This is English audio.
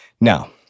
Now